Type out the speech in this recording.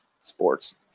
sports